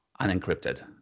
unencrypted